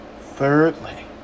thirdly